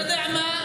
זה, אתה יודע מה?